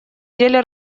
деле